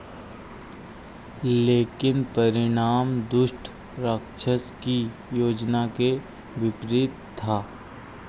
लेकिन परिणाम दुष्ट राक्षस की योजना के विपरीत था